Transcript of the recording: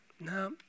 No